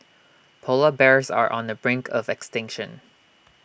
Polar Bears are on the brink of extinction